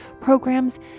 programs